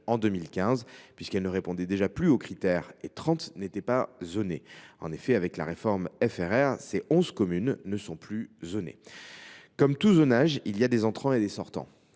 en 2015, puisqu’elles ne répondaient déjà plus aux critères, et 30 n’étaient pas zonées. En effet, avec la réforme FRR, ces 11 communes ne sont plus zonées. Comme tout zonage, il y a des entrants et des sortants.